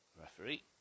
referee